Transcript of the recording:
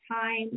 time